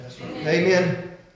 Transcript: Amen